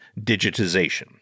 digitization